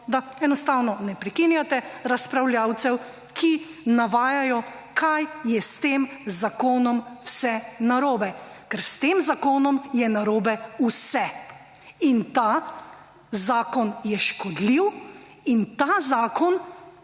da enostavno ne prekinjate razpravljavcev, ki navajajo, kaj je s tem zakonom vse narobe. Ker s tem zakonom je narobe vse. In ta zakon je škodljiv in ta zakon